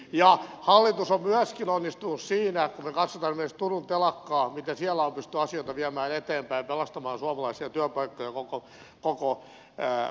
ja hallitus on myöskin onnistunut siinä kun me katsomme esimerkiksi turun telakkaa miten siellä on pystytty asioita viemään eteenpäin pelastamaan suomalaisia työpaikkoja koko klusteri